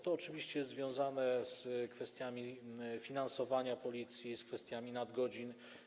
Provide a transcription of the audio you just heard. To oczywiście jest związane z kwestiami finansowania Policji, z kwestiami nadgodzin.